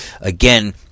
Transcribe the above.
again